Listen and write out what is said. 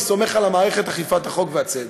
אני סומך על מערכת אכיפת החוק והצדק.